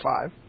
five